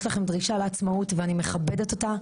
לכם דרישה לעצמאות ואני מכבדת אותה,